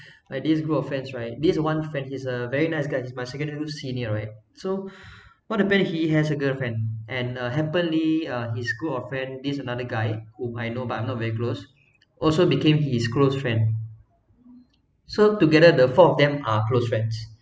like this group of friends right this one friend he's a very nice guys he's my secondary senior right so what happen is he has a girlfriend and uh happenly uh his good of friend this another guy who I know but I'm not very close also became his close friend so together the four of them are close friends